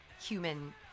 human